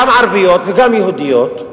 גם ערביות וגם יהודיות,